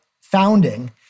founding